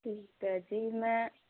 ਠੀਕ ਹੈ ਜੀ ਮੈਂ